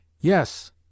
Yes